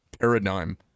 paradigm